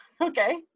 okay